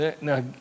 now